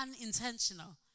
unintentional